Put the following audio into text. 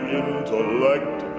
intellect